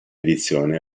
edizione